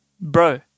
bro